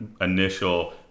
initial